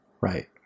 Right